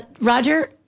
Roger